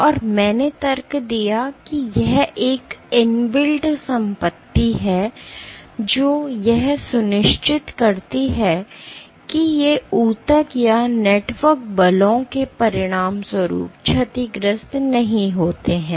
और मैंने तर्क दिया कि यह एक इनबिल्ट संपत्ति है जो यह सुनिश्चित करती है कि ये ऊतक या नेटवर्क बलों के परिणामस्वरूप क्षतिग्रस्त नहीं होते हैं